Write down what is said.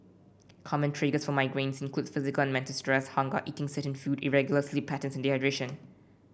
common triggers for migraines include physical and mental stress hunger eating certain food irregular sleep patterns and dehydration